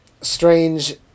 Strange